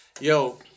Yo